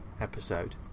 episode